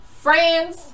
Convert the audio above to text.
friends